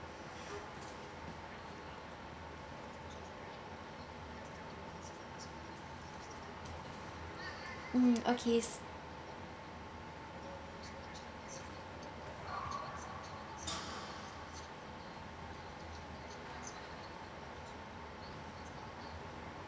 mm okay